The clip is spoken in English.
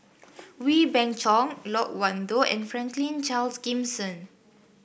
Wee Beng Chong Loke Wan Tho and Franklin Charles Gimson